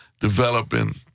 developing